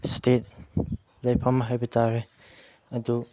state ꯂꯩꯐꯝ ꯍꯥꯏꯕ ꯇꯥꯔꯦ ꯑꯗꯨ